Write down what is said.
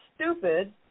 stupid